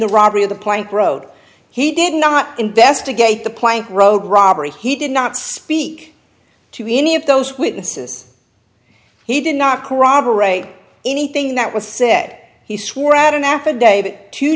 the robbery of the plank road he did not investigate the plank road robbery he did not speak to any of those witnesses he did not corroborate anything that was said he swore out an affidavit two